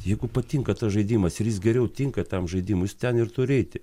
jeigu patinka tas žaidimas ir jis geriau tinka tam žaidimui jis ten ir turi eiti